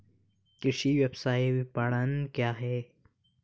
कृषि व्यवसाय विपणन क्या है?